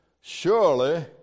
surely